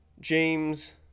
James